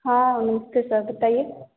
हाँ नमस्ते सर बताइए